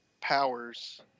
powers